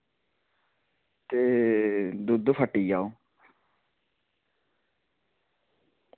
ते दुद्ध फट्टी गेआ ओह्